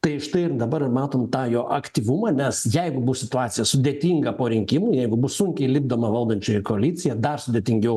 tai štai dabar ir matom tą jo aktyvumą nes jeigu bus situacija sudėtinga po rinkimų jeigu bus sunkiai lipdoma valdančioji koalicija dar sudėtingiau